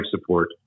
support